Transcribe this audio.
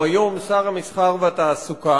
או היום שר המסחר והתעסוקה,